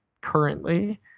currently